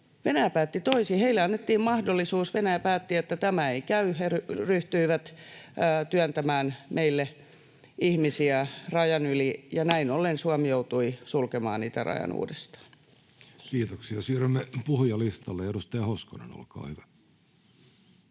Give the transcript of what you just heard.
koputtaa] Heille annettiin mahdollisuus. Venäjä päätti, että tämä ei käy. He ryhtyivät työntämään meille ihmisiä rajan yli, ja näin ollen Suomi joutui sulkemaan itärajan uudestaan. Kiitoksia. — Siirrymme puhujalistalle. — Edustaja Hoskonen, olkaa hyvä.